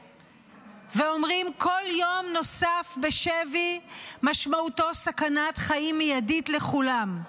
ואומרים: כל יום נוסף בשבי משמעותו סכנת חיים מיידית לכולם.